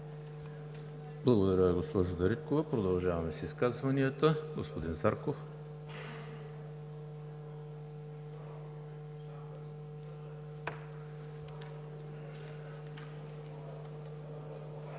Благодаря, госпожо Дариткова. Продължаваме с изказванията. Господин Зарков. КРУМ